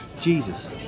Jesus